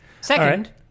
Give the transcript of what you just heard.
second